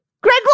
Greg